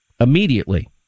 Immediately